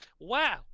Wow